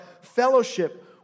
fellowship